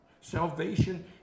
Salvation